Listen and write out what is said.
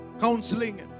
counseling